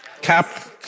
cap